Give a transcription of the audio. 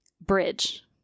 bridge